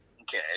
Okay